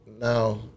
now